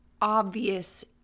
obvious